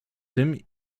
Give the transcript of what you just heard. tym